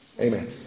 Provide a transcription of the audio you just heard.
Amen